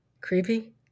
Creepy